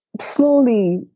slowly